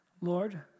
Lord